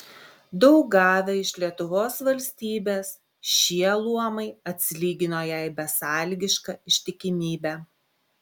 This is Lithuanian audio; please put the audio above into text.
daug gavę iš lietuvos valstybės šie luomai atsilygino jai besąlygiška ištikimybe